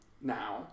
now